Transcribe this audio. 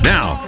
Now